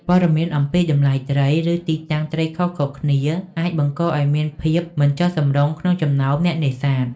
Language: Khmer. ព័ត៌មានអំពីតម្លៃត្រី ឬទីតាំងត្រីខុសៗគ្នាអាចបង្កឱ្យមានភាពមិនចុះសម្រុងក្នុងចំណោមអ្នកនេសាទ។